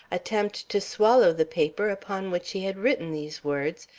attempt to swallow the paper upon which he had written these words,